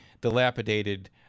dilapidated